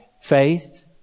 faith